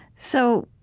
so,